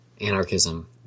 anarchism